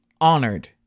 honored